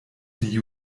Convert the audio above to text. die